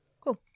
Cool